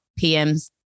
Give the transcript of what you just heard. PMs